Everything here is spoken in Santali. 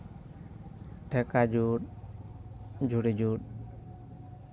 ᱴᱷᱮᱠᱟ ᱡᱩᱛ ᱡᱷᱩᱲᱤ ᱡᱩᱛ